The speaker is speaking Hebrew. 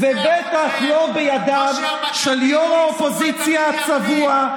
ובטח לא בידיו של יושב-ראש האופוזיציה הצבוע,